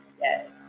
Yes